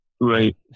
Right